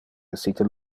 essite